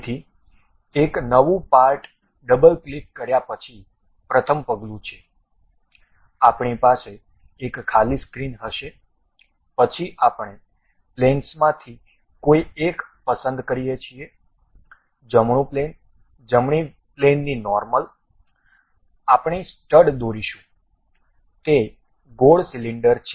તેથી એક નવું પાર્ટ ડબલ ક્લિક કર્યા પછી પ્રથમ પગલું છે આપણી પાસે એક ખાલી સ્ક્રીન હશે પછી આપણે પ્લેનસમાંથી કોઈ એક પસંદ કરીએ છીએ જમણું પ્લેન જમણી પ્લેનની નોર્મલ આપણે સ્ટડ દોરીશું તે ગોળ સિલિન્ડર છે